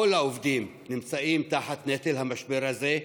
כל העובדים הם תחת נטל המשבר הזה,